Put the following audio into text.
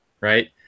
right